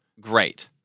great